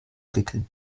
wickeln